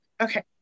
okay